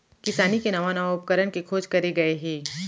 किसानी के नवा नवा उपकरन के खोज करे गए हे